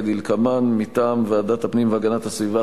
כדלקמן: מטעם ועדת הפנים והגנת הסביבה,